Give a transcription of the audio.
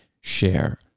share